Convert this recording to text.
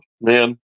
man